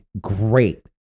great